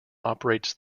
operates